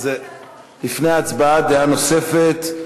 לפני ההצבעה, דעה נוספת.